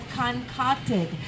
concocted